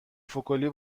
فکلی